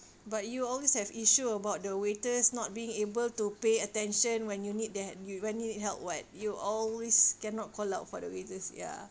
but you always have issue about the waiters not being able to pay attention when you need them when you need help [what] you always cannot call out for the waiters ya